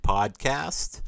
Podcast